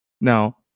Now